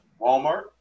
Walmart